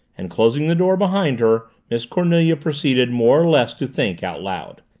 and, closing the door behind her, miss cornelia proceeded more or less to think, out loud.